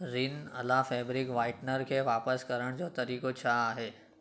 रिन Ala fabric whitener खे वापसि करणु जो तरीक़ो छा आहे